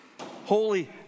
Holy